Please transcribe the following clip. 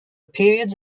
periods